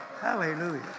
Hallelujah